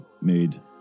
made